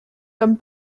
comme